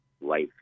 life